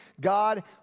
God